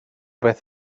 beth